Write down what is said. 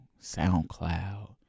SoundCloud